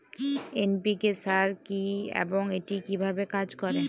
NPK সার কি এবং এটি কিভাবে কাজ করে?